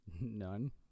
None